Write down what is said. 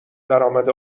درامد